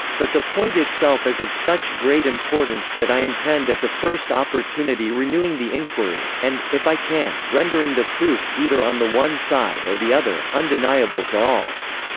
but the point itself is of such great importance that i intend at the first opportunity renewing the inquiry, and, if i can, rendering the proofs either on the one side or the other, undeniable to all.